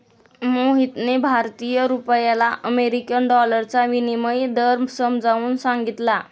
मोहितने भारतीय रुपयाला अमेरिकन डॉलरचा विनिमय दर समजावून सांगितला